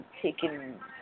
taken